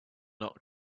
not